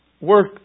work